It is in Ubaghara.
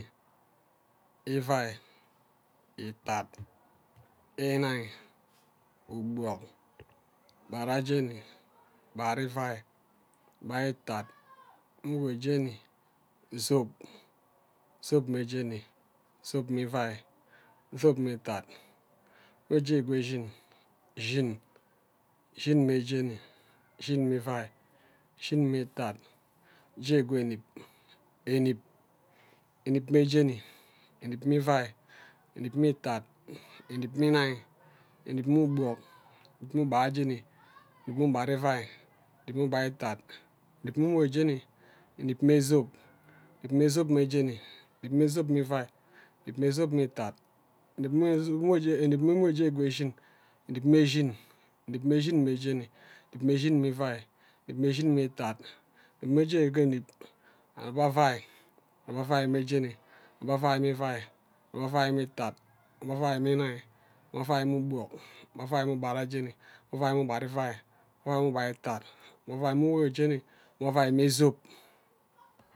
Jeni, ivai, itad, inai, ugbok, ugbara jeni, ugbara ivai, ugbai itad, umugo jeni, zob, zob mme jeni, zob mme ivai, zob mme itad, ejeke jeni, zhin, zhin mme jeni, zhin mme ivai, zhin mme itad jekweni, enib, enib mme jeni, enib mme ivai, enib mme itad, enib mme inai, enib mme ugbok, enib mme ugbarajeni, enib mme ugbari ivai, enib mme ugbari, enib mme umugo jeni, enib mme zob, enib mme zob mme jeni, enib mme zob mme ivai, enib mme zob mme itad, enib mme umugo jeni kwe zhin, enib mme zhin, enib mme zhin mme jeni, enib mme zhin mme ivai enib mme zhin mme itad, enib mme zhin mme inai, enib mme zhin mme jeni ke enib, aba avai, aba avai mme jeni, aba avai mme itad, aba avai mme inai, aba avai mme ugbok aba avai mme ugbara jeni, aba avai mme ugbara ivai, aba avai mme zob